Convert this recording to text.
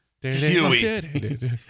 Huey